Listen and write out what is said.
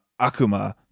Akuma